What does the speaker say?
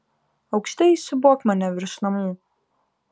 aukštai įsiūbuok mane virš namų